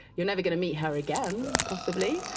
you're never going to meet her again possibly,